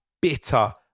bitter